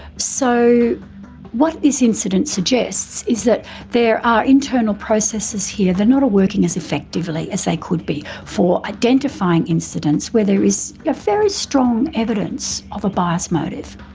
so what this incident suggests is that there are internal processes here they're not all working as effectively as they could be for identifying incidents where there is a very strong evidence of a biased motive.